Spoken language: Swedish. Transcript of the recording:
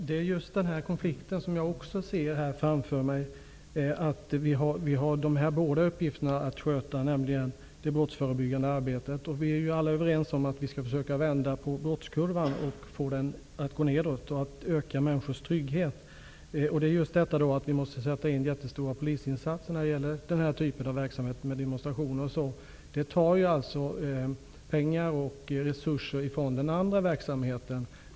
Herr talman! Jag ser också den här konflikten framför mig. Polisen har båda dessa uppgifterna att sköta. När det gäller det brottsförebyggande arbetet är vi alla överens om att vi skall försöka att vända på brottskurvan och få den att gå nedåt och öka människors trygghet. Att vi då måste sätta in jättestora polisinsatser när det gäller den här typen av verksamhet med demonstrationer och liknande tar ju pengar och resurser från den andra verksamheten.